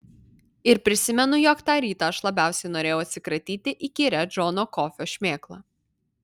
ir prisimenu jog tą rytą aš labiausiai norėjau atsikratyti įkyria džono kofio šmėkla